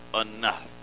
enough